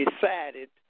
decided